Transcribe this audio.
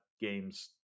games